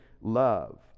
love